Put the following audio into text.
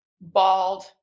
bald